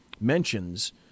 mentions